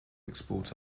export